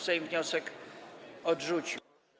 Sejm wniosek odrzucił.